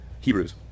Hebrews